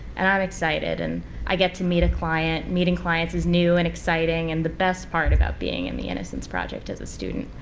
and i'm excited. and i get to meet a client. meeting clients is new and exciting and the best part about being in the innocence project as a student.